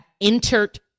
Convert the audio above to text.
entered